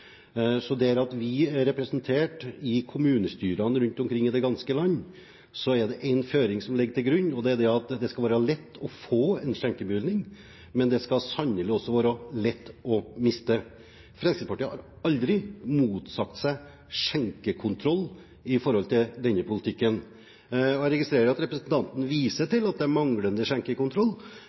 Så der vi er representert i kommunestyrene rundt omkring i det ganske land, er det én føring som ligger til grunn, og det er at det skal være lett å få en skjenkebevilling, men det skal sannelig også være lett å miste den. Fremskrittspartiet har aldri motsatt seg skjenkekontroll i forhold til denne politikken. Jeg registrerer at representanten viser til at det er manglende skjenkekontroll.